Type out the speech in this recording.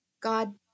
God